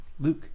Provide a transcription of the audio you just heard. Luke